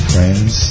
Friends